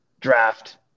draft